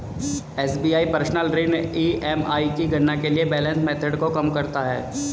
SBI personal ऋण EMI की गणना के लिए बैलेंस मेथड को कम करता है